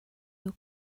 your